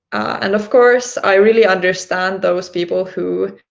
and of course i really understand those people who